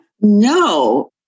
No